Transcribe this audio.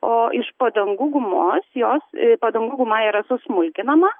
o iš padangų gumos jos padangų guma yra susmulkinama